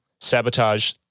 Sabotage